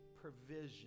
provision